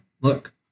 look